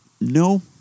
No